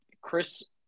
Chris